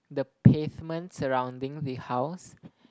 the pavement surrounding the house